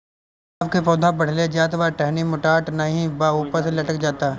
गुलाब क पौधा बढ़ले जात बा टहनी मोटात नाहीं बा ऊपर से लटक जात बा?